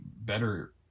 better